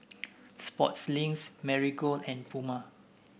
Sportslink Marigold and Puma